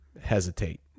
hesitate